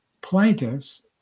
plaintiffs